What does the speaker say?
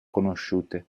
conosciute